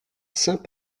saint